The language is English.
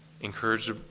encourage